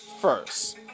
First